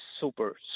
super